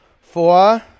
four